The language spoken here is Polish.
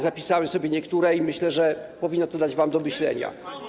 Zapisałem sobie niektóre i myślę, że powinno to dać wam do myślenia.